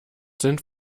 sind